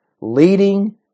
leading